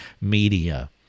media